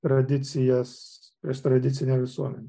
tradicijas prieš tradicinę visuomenę